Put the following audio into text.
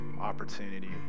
opportunity